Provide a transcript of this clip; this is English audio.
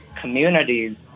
communities